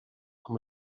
amb